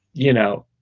you know,